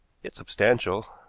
yet substantial.